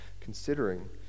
considering